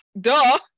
Duh